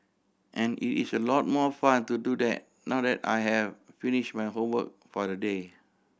and it is a lot more fun to do that now that I have finish my homework for the day